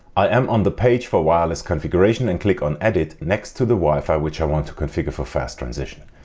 i am on the page for wireless configuration and click on edit next to the wifi which i want to configure for fast transition.